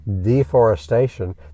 deforestation